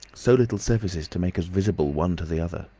so little suffices to make us visible one to the other.